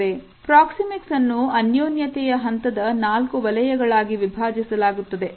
proxemics ಅನ್ನು ಅನ್ಯೋನ್ಯತೆಯ ಹಂತದ 4 ವಲಯಗಳಾಗಿ ವಿಭಜಿಸಲಾಗುತ್ತದೆ